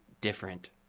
different